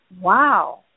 wow